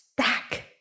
stack